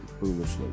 foolishly